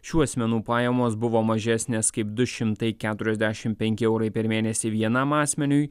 šių asmenų pajamos buvo mažesnės kaip du šimtai keturiasdešimt penki eurai per mėnesį vienam asmeniui